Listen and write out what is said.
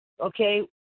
okay